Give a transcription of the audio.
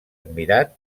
admirat